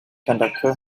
conductor